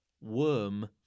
Worm